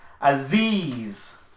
Aziz